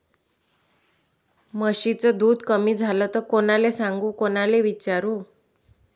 म्हशीचं दूध कमी झालं त कोनाले सांगू कोनाले विचारू?